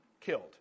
killed